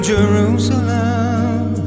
Jerusalem